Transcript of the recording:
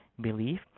belief